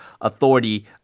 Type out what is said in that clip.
authority